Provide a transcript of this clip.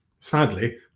Sadly